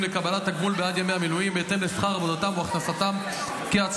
לקבלת תגמול בעד ימי המילואים בהתאם לשכר עבודתם או הכנסתם כעצמאים.